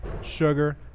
sugar